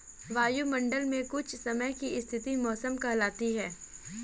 वायुमंडल मे कुछ समय की स्थिति मौसम कहलाती है